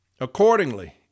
Accordingly